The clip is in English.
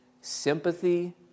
sympathy